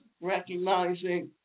recognizing